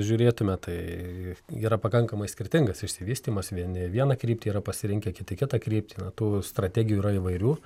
žiūrėtume tai yra pakankamai skirtingas išsivystymas vieni vieną kryptį yra pasirinkę kiti kitą kryptį na tų strategijų yra įvairių